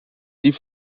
die